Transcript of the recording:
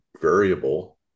variable